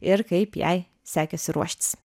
ir kaip jai sekėsi ruoštis